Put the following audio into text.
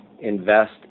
invest